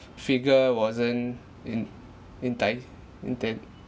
figure wasn't in entic~